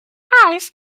eyes